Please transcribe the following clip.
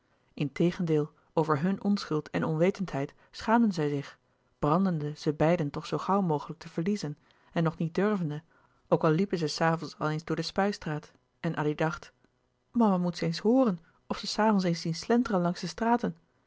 integendeel over hun onschuld en onwetendheid schaamden zij zich brandende ze beiden toch zoo gauw mogelijk te verliezen en nog niet durvende ook al liepen ze s avonds al eens door de spuistraat en addy dacht mama moest ze eens hooren of s avonds eens zien slenteren langs de straten